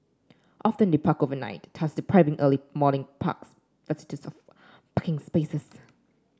often they park overnight thus depriving early morning parks visitors of parking spaces